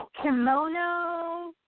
kimono